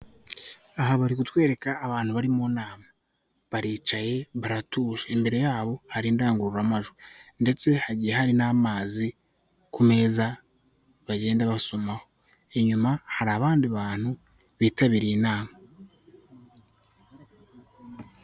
Aha bari kutwereka abantu bari mu nama baricaye baratuje imbere yabo hari indangururamajwi, ndetse hagiye hari n'amazi ku meza bagenda basomaho, inyuma hari abandi bantu bitabiriye inama.